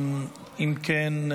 אם כן,